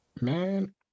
Man